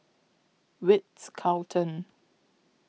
Ritz Carlton